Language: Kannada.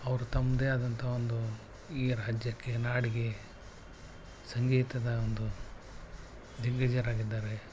ಅವರು ತಮ್ಮದೇ ಆದಂಥ ಒಂದು ಈ ರಾಜ್ಯಕ್ಕೆ ನಾಡಿಗೆ ಸಂಗೀತದ ಒಂದು ದಿಗ್ಗಜರಾಗಿದ್ದಾರೆ